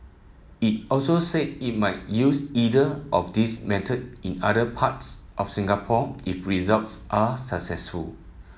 it also said it may use either of these method in other parts of Singapore if results are successful